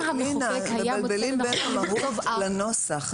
--- לינא, אנחנו מבלבלים בין המהות לנוסח.